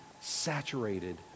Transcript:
saturated